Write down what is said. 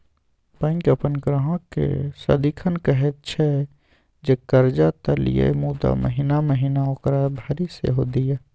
bank अपन ग्राहककेँ सदिखन कहैत छै जे कर्जा त लिअ मुदा महिना महिना ओकरा भरि सेहो दिअ